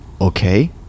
okay